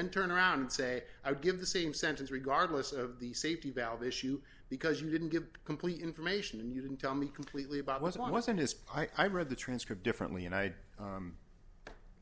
then turn around and say i would give the same sentence regardless of the safety valve issue because you didn't give complete information you didn't tell me completely about what i wasn't as i read the transcript differently and i